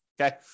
Okay